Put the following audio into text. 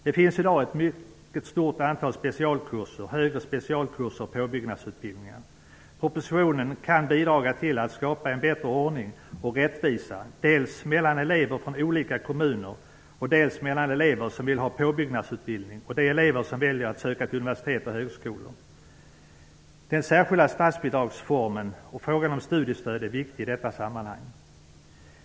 Det finns i dag ett mycket stort antal specialkurser, högre specialkurser och påbyggnadsutbildningar. Propositionen kan bidra till att skapa en bättre ordning och rättvisa dels mellan elever från olika kommuner, dels mellan elever som vill ha en påbyggnadsutbildning och de elever som väljer att söka till universitet och högskolor. Den särskilda statsbidragsformen och frågan om studiestöd är viktig i detta sammanhang.